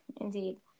indeed